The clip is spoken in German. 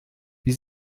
wie